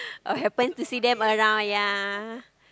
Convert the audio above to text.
or happen to see them around yea